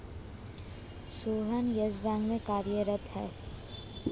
Sohan Yes Bank में कार्यरत है